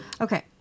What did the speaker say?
Okay